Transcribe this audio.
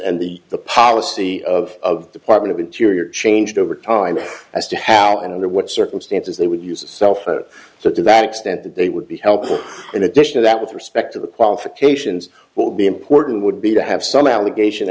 and the policy of department of interior changed over time as to how and under what circumstances they would use a cell phone so to that extent that they would be helpful in addition of that with respect to the qualifications will be important would be to have some allegation